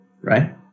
right